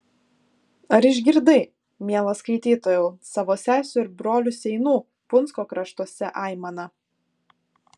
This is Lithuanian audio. ar išgirdai mielas skaitytojau savo sesių ir brolių seinų punsko kraštuose aimaną